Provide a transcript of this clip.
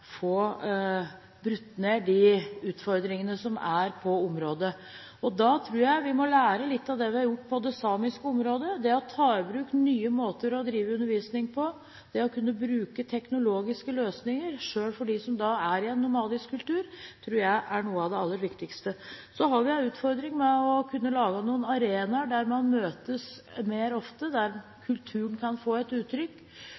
ta i bruk nye måter å drive undervisning på og det å kunne bruke teknologiske løsninger med hensyn til dem som er i en nomadisk kultur, tror jeg er noe av det aller viktigste. Så har vi en utfordring med å kunne lage noen arenaer der man møtes oftere, der